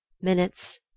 Minutes